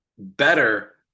better